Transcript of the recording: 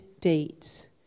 deeds